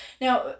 Now